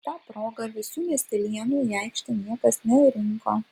ta proga visų miestelėnų į aikštę niekas nerinko